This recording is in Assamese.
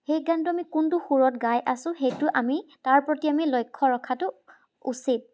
সেই গানটো আমি কোনটো সুৰত গাই আছো সেইটো আমি তাৰ প্ৰতি আমি লক্ষ্য ৰখাটো উচিত